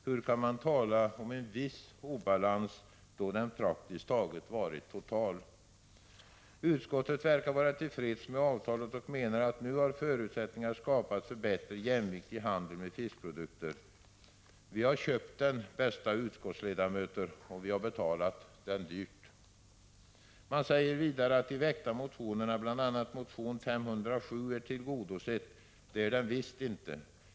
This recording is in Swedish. Hur kan man tala om en viss obalans, då obalansen praktiskt taget varit total? Utskottet verkar vara till freds med avtalet och menar att nu har förutsättningar skapats för bättre jämvikt i handeln med fiskprodukter. Vi har köpt den, bästa utskottsledamöter, och betalat den dyrt. Man säger vidare att kraven i de väckta motionerna, bl.a. motion U507, är tillgodosedda. Det är de visst inte.